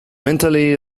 mentally